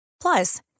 Plus